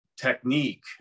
technique